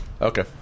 Okay